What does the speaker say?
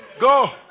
Go